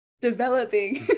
developing-